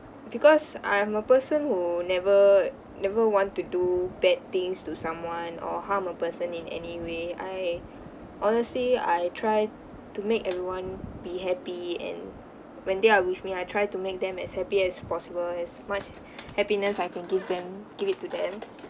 because I'm a person who never never want to do bad things to someone or harm a person in any way I honestly I try to make everyone be happy and when they are with me I try to make them as happy as possible as much happiness I can give them give it to them